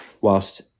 whilst